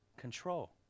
Control